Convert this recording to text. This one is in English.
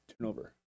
turnover